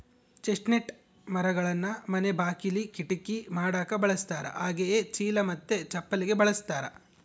chestnut ಮರಗಳನ್ನ ಮನೆ ಬಾಕಿಲಿ, ಕಿಟಕಿ ಮಾಡಕ ಬಳಸ್ತಾರ ಹಾಗೆಯೇ ಚೀಲ ಮತ್ತೆ ಚಪ್ಪಲಿಗೆ ಬಳಸ್ತಾರ